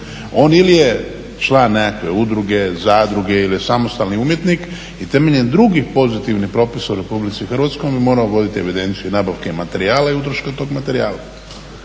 On ili je član nekakve udruge, zadruge ili je samostalni umjetnik i temeljem drugih pozitivnih propisa u Republici Hrvatskoj mi moramo voditi evidenciju i nabavke materijala i utroška tog materijala.